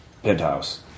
Penthouse